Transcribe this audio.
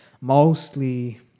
mostly